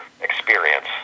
experience